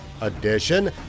edition